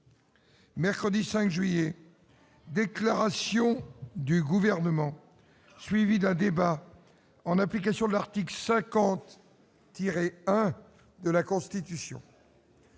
heures trente : Déclaration du Gouvernement, suivie d'un débat, en application de l'article 50-1 de la Constitution.